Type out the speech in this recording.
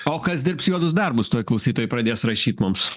o kas dirbs juodus darbus tuoj klausytojai pradės rašyt mums